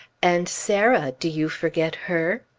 and sarah, do you forget her?